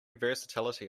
versatility